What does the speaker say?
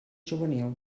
juvenil